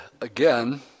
again